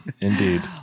indeed